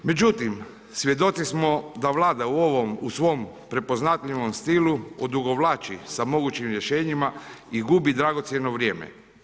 Međutim, svjedoci smo da vlada u svom prepoznatljivom stilu odugovlači sa mogućim rješenjima i gubi dragocjeno vrijeme.